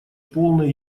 полной